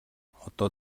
одоо